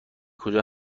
کجا